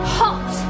hot